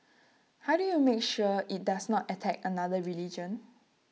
how do you make sure IT does not attack another religion